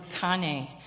kane